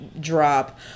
drop